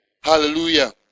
Hallelujah